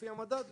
לפי המדד,